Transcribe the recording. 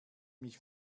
mich